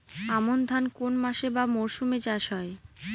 আমন ধান কোন মাসে বা মরশুমে চাষ হয়?